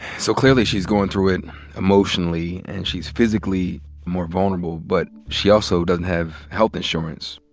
so clearly she's goin' through it emotionally, and she's physically more vulnerable. but she also doesn't have health insurance.